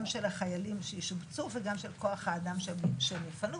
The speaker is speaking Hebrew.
גם של החיילים שישובצו וגם של כוח האדם שהם יפנו.